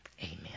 Amen